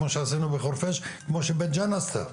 כמו שעשינו בחורפיש וכמו בית ג'ן עשתה.